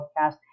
podcast